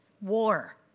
War